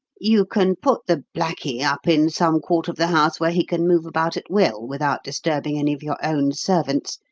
you can put the blackie up in some quarter of the house where he can move about at will without disturbing any of your own servants,